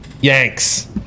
yanks